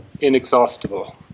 inexhaustible